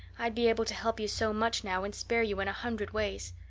i'd be able to help you so much now and spare you in a hundred ways.